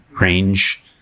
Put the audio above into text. range